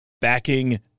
Backing